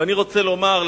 ואני רוצה לומר,